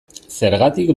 zergatik